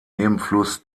nebenfluss